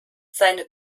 seine